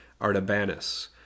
Artabanus